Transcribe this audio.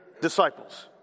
disciples